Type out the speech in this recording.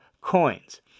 coins